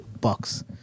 bucks